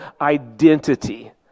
identity